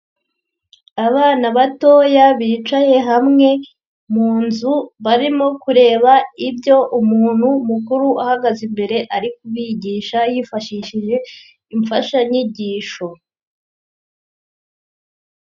Abana batoya bicaye hamwe mu nzu barimo kureba ibyo umuntu mukuru uhagaze imbere ari kubigisha yifashishije imfashanyigisho.